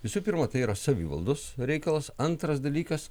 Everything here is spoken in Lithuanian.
visų prirma tai yra savivaldos reikalas antras dalykas